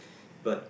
but